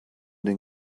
den